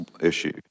issue